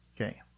Okay